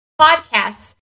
podcasts